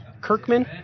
Kirkman